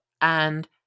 and-